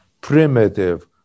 primitive